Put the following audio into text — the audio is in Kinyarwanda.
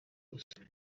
gusura